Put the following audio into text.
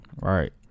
Right